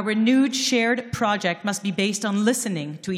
הפרויקט המשותף המחודש שלנו חייב להתבסס